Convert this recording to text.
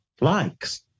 likes